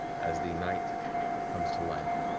as the night comes to life.